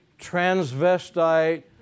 transvestite